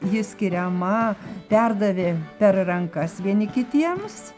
ji skiriama perdavė per rankas vieni kitiems